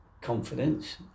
confidence